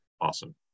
awesome